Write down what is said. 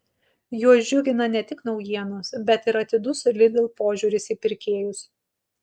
juos džiugina ne tik naujienos bet ir atidus lidl požiūris į pirkėjus